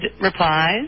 replies